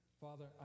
Father